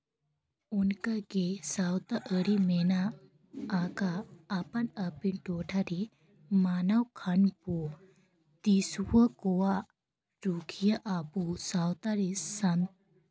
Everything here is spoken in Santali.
ᱚᱱᱠᱟ ᱜᱮ ᱥᱟᱶᱛᱟ ᱜᱮ ᱥᱟᱶᱛᱟ ᱟᱹᱨᱤ ᱢᱮᱱᱟᱜ ᱟᱠᱟᱫ ᱟᱯᱟᱱ ᱟᱹᱯᱤᱱ ᱟᱹᱯᱤᱱ ᱴᱚᱴᱷᱟᱨᱮ ᱢᱟᱱᱟᱜ ᱠᱟᱱ ᱠᱚ ᱫᱤᱥᱣᱟᱹ ᱠᱚᱣᱟᱜ ᱨᱩᱠᱷᱭᱟᱹ ᱟᱵᱚ ᱥᱟᱶᱛᱟ ᱨᱮ ᱥᱟᱱ